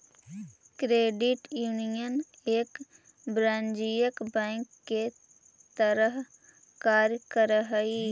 credit union एक वाणिज्यिक bank के तरह कार्य करऽ हइ